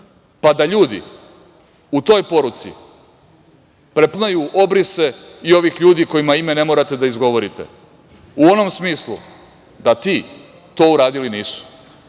pa da ljudi u toj poruci prepoznaju obrise i ovih ljudi kojima ime ne morate da izgovorite, u onom smislu da ti to uradili nisu.